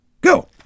go